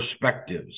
perspectives